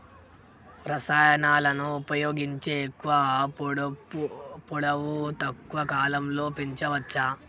రసాయనాలను ఉపయోగించి ఎక్కువ పొడవు తక్కువ కాలంలో పెంచవచ్చా?